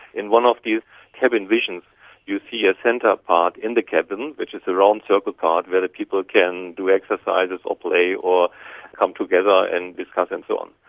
in one of these cabin visions you see a centre part in the cabin which is a round circle part where the people can do exercises or play or come together and discuss and so on.